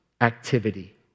activity